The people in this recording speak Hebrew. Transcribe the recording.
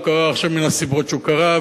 הוא קרה עכשיו מן הסיבות שהוא קרה,